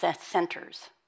centers